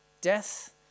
Death